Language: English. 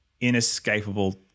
inescapable